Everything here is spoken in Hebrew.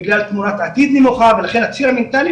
בגלל תמונת עתיד נמוכה ולכן הציר המנטאלי